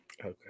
Okay